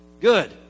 Good